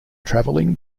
travelling